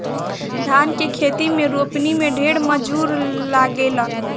धान के खेत में रोपनी में ढेर मजूर लागेलन